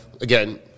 again